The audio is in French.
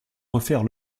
refaire